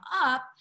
up